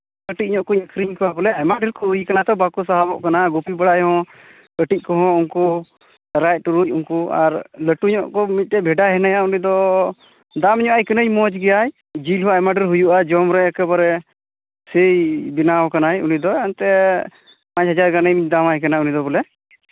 ᱠᱟᱹᱴᱤᱡ ᱧᱚᱜ ᱠᱚᱧ ᱟᱠᱷᱨᱤᱧ ᱠᱚᱣᱟ ᱵᱚᱞᱮ ᱟᱭᱢᱟ ᱰᱷᱮᱨ ᱠᱚ ᱦᱩᱭ ᱠᱟᱱᱟ ᱛᱚ ᱵᱟᱠᱚ ᱥᱟᱦᱚᱵᱚ ᱠᱟᱱᱟ ᱜᱩᱯᱤ ᱵᱟᱲᱟᱭ ᱦᱚᱸ ᱠᱟᱹᱴᱤᱡ ᱠᱚᱦᱚᱸ ᱚᱱᱠᱩ ᱴᱟᱨᱟᱡ ᱴᱩᱨᱩᱡ ᱩᱱᱠᱩ ᱟᱨ ᱞᱟᱹᱴᱩ ᱧᱚᱜ ᱠᱚ ᱢᱤᱫᱴᱮᱱ ᱵᱷᱮᱰᱟ ᱦᱮᱱᱟᱭᱟ ᱩᱱᱤᱫᱚ ᱫᱟᱢ ᱧᱚᱜ ᱟᱭ ᱠᱟᱹᱱᱟᱹᱧ ᱢᱚᱡ ᱜᱮᱭᱟᱭ ᱡᱤᱞ ᱦᱚᱸ ᱟᱭᱢᱟ ᱰᱷᱮᱨ ᱦᱩᱭᱩᱜᱼᱟ ᱡᱚᱢᱨᱮ ᱮᱠᱮ ᱵᱟᱨᱮ ᱥᱮᱭ ᱵᱮᱱᱟᱣ ᱠᱟᱱᱟᱭ ᱩᱱᱤ ᱫᱚ ᱮᱱᱛᱮᱜ ᱯᱟᱸᱪ ᱦᱟᱡᱟᱨ ᱜᱟᱱᱤᱧ ᱫᱟᱢ ᱟᱭ ᱠᱟᱱᱟ ᱩᱱᱤ ᱫᱚ ᱵᱚᱞᱮ